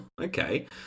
Okay